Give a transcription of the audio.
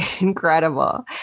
incredible